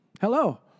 Hello